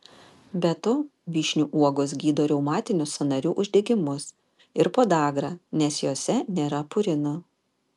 be to vyšnių uogos gydo reumatinius sąnarių uždegimus ir podagrą nes jose nėra purinų